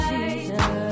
Jesus